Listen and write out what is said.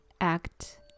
act